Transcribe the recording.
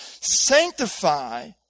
sanctify